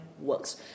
works